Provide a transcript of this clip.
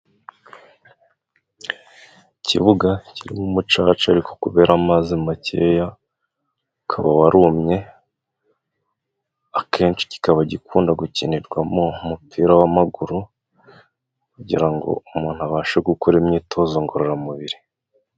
Ikibuga kirimo umucaca, ariko kubera amazi makeya ukaba warumye. Akenshi kikaba gikunda gukinirwamo umupira w'amaguru kugira ngo umuntu abashe gukora imyitozo ngororamubiri.